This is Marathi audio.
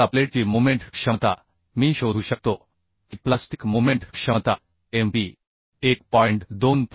आता प्लेटची मोमेंट क्षमता मी शोधू शकतो की प्लास्टिक मोमेंट क्षमता mp 1